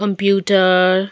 computer